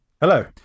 Hello